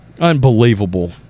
Unbelievable